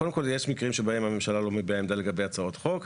קודם כל יש מקרים שבהם הממשלה לא מביעה עמדה לגבי הצעות חוק.